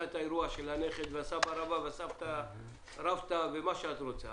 אירועים אחרים של הנכד והסבא רבא ומה שאת רוצה,